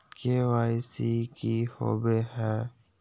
KYC की हॉबे हय?